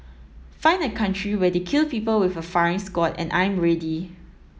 find a country where they kill people with a firing squad and I'm ready